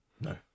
No